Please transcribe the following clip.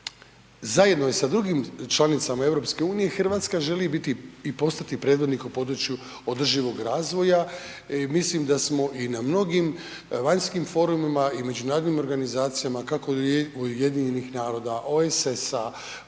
zajedno i sa drugim članicama Europske unije, Hrvatska želi biti i postati predvodnikom u području održivog razvoja, i mislim da smo i na mnogim vanjskim forumima i međunarodnim organizacijama, kako Ujedinjenih naroda, OESS-a,